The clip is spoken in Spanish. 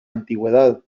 antigüedad